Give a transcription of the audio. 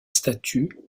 statue